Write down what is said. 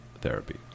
therapy